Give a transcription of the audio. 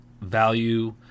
value